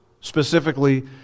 specifically